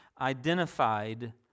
Identified